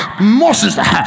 Moses